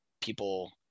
people